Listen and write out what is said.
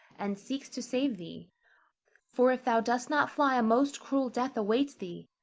and seeks to save thee for if thou dost not fly, a most cruel death awaits thee.